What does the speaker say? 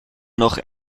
noch